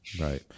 right